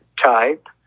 type